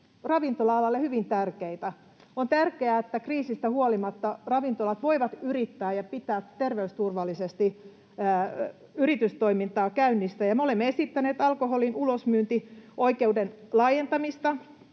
ravintola-alalle hyvin tärkeitä. On tärkeää, että kriisistä huolimatta ravintolat voivat yrittää ja pitää terveysturvallisesti yritystoimintaa käynnissä. Ja me olemme esittäneet alkoholin ulosmyyntioikeuden laajentamista,